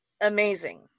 amazing